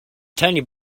tiny